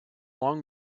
long